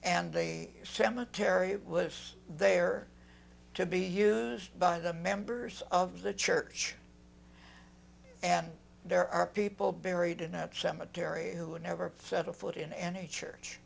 and the cemetery was there to be here by the members of the church and there are people buried in that cemetery who would never set a foot in any church